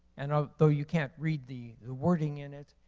and although you can't read the wording in it,